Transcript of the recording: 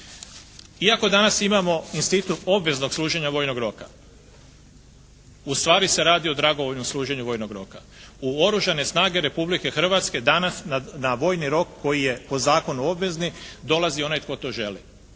Iako danas imamo institut obveznog služenja vojnog roka, ustvari se radi o dragovoljnom služenju vojnog roka. U Oružane snage Republike Hrvatske danas na vojni rok koji je po zakonu obvezni, dolazi onaj tko to želi.